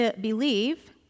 believe